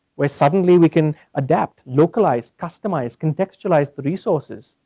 where suddenly we can adapt, localize, customize, contextualize the resources.